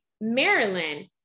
Maryland